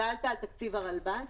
שאלת על תקציב הרלב"ד.